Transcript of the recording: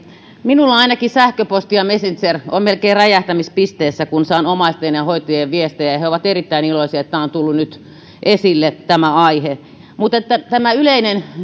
minulla ainakin sähköposti ja messenger ovat melkein räjähtämispisteessä kun saan omaisten ja hoitajien viestejä ja he ovat erittäin iloisia että tämä aihe on tullut nyt esille mutta tämä yleinen